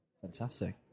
Fantastic